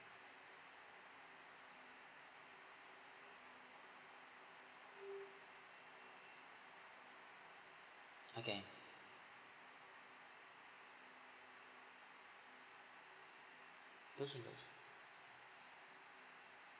okay those singles